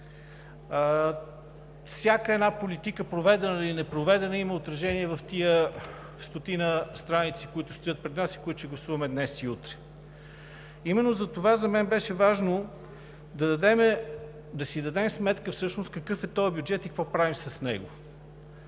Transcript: Всяка една политика, проведена или непроведена, има отражение в тези стотина страници, които стоят пред нас и които ще гласуваме днес и утре. Именно затова за мен беше важно да си дадем сметка всъщност какъв е този бюджет и какво правим с него,